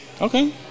Okay